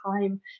time